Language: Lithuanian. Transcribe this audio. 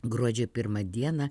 gruodžio pirmą dieną